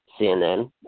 CNN